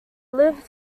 lived